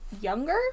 younger